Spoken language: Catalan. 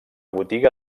botiga